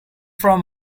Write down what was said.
from